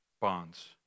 bonds